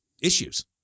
issues